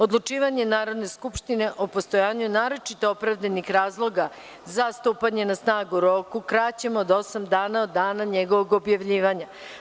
Odlučivanje Narodne skupštine o postajanju naročito opravdanih razloga za stupanje na snagu rok u kraćem od osam dana od dana njegovog objavljivanja.